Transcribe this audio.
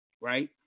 right